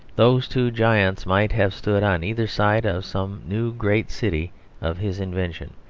those two giants might have stood on either side of some new great city of his invention,